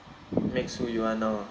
makes who you are now ah